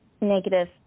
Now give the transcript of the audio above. negative